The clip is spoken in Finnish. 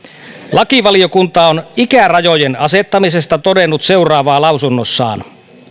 lakivaliokunta on ikärajojen asettamisesta todennut seuraavaa lausunnossaan